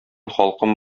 халкым